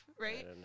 right